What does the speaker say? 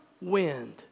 wind